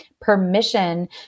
permission